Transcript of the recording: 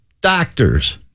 doctors